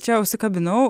čia užsikabinau